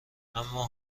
اما